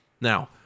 Now